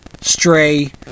stray